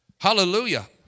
Hallelujah